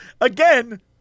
again